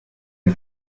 les